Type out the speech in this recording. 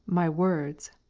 my words,